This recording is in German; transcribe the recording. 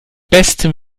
besten